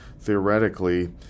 theoretically